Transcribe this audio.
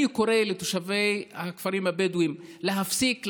אני קורא לתושבי הכפרים הבדואיים להפסיק לחלוטין.